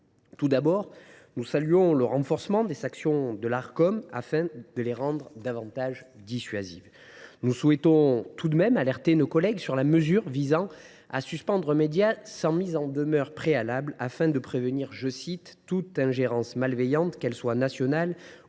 Tout d’abord, nous saluons le renforcement des sanctions que peut prendre l’Arcom afin de les rendre davantage dissuasives. Nous souhaitons tout de même alerter nos collègues sur la mesure visant à suspendre un média sans mise en demeure préalable afin de prévenir « toute ingérence malveillante, qu’elle soit nationale